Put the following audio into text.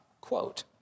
quote